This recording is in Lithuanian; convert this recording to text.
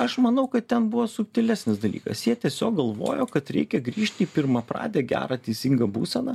aš manau kad ten buvo subtilesnis dalykas jie tiesiog galvojo kad reikia grįžti į pirmapradę gerą teisingą būseną